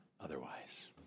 otherwise